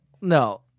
No